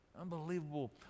unbelievable